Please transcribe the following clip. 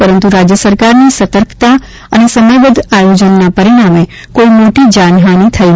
પરંતુ રાજ્ય સરકારની સતર્કતા અને સમયબદ્ધ આયોજનના પરિણામે કોઇ મોટી જાનહાની થઇ નથી